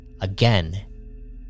again